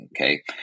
Okay